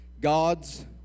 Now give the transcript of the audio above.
god's